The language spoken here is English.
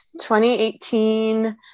2018